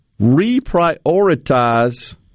reprioritize